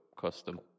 custom